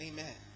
Amen